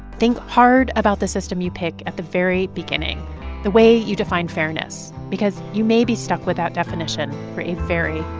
think hard about the system you pick at the very beginning the way you define fairness because you may be stuck with that definition for a very,